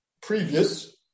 previous